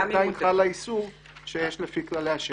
עדיין חל האיסור שיש לפי כללי אשר.